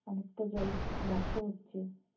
অনেকটা জল নষ্ট হচ্ছে